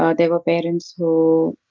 ah they were parents who